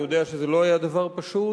אני יודע שזה לא היה דבר פשוט.